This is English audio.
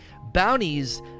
Bounties